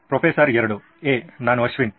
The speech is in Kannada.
ಪ್ರೊಫೆಸರ್ 2 ಹೇ ನಾನು ಅಶ್ವಿನ್